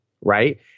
right